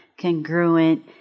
congruent